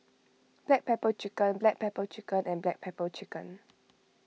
Black Pepper Chicken Black Pepper Chicken and Black Pepper Chicken